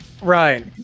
right